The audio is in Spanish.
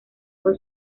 con